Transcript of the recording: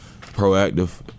proactive